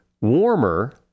warmer